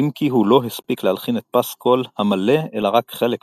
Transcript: אם כי הוא לא הספיק להלחין את פסקול המלא אלא רק חלק ממנו,